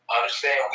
understand